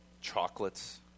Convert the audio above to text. chocolates